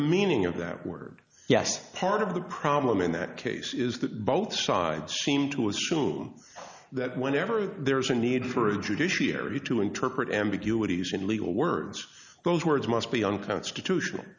the meaning of that word yes part of the problem in that case is that both sides seem to assume that whenever there is a need for a judiciary to interpret ambiguities in legal words those words must be unconstitutional